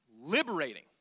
liberating